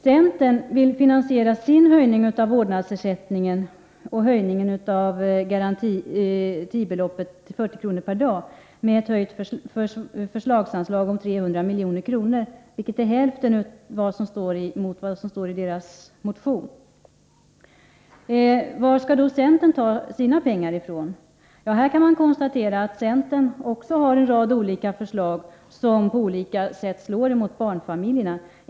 Centern vill finansiera sin höjning av vårdnadsersättningen och höjningen av garantibeloppet till 40 kr. per dag med ett höjt förslagsanslag om 300 milj.kr., vilket är hälften av vad som anges i centerns motion. Varifrån skall då centern ta sina pengar? Här kan man konstatera att centern också har en rad olika förslag som på olika sätt slår emot barnfamiljerna.